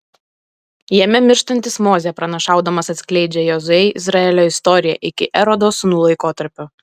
jame mirštantis mozė pranašaudamas atskleidžia jozuei izraelio istoriją iki erodo sūnų laikotarpio